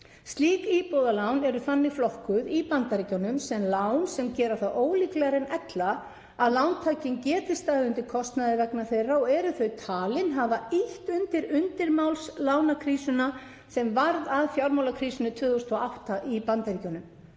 Slík íbúðalán eru þannig flokkuð í Bandaríkjunum sem lán sem gera það ólíklegra en ella að lántakinn geti staðið undir kostnaði vegna þeirra og eru þau talin hafa ýtt undir undirmálslánakrísuna sem varð að fjármálakrísunni 2008 í Bandaríkjunum.